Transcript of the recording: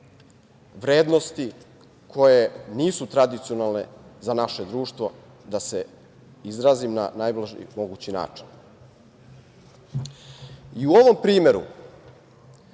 vrednosti koje nisu tradicionalne za naše društvo da se izrazim na najblaži mogući način.U ovom primeru